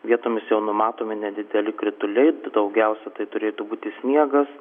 vietomis jau numatomi nedideli krituliai daugiausiai tai turėtų būti sniegas